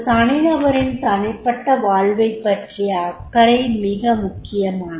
தனி நபரின் தனிப்பட்ட வாழ்வைப் பற்றிய அக்கறை மிக முக்கியமானது